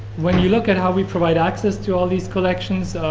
when you look at how we provide access to all these collections,